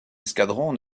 escadrons